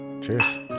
Cheers